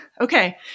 Okay